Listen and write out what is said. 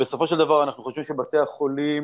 בסופו של דבר אנחנו חושבים שבתי החולים